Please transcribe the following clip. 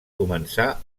començar